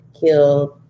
killed